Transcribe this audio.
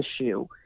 issue